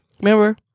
Remember